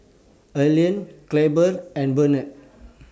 Elian Clabe and Brennon